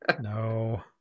No